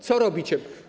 Co robicie?